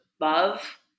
love